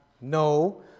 No